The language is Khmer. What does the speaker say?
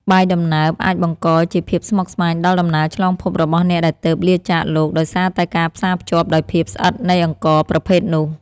បាយដំណើបអាចបង្កជាភាពស្មុគស្មាញដល់ដំណើរឆ្លងភពរបស់អ្នកដែលទើបលាចាកលោកដោយសារតែការផ្សារភ្ជាប់ដោយភាពស្អិតនៃអង្ករប្រភេទនោះ។